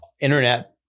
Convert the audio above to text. internet